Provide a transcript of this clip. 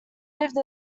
lived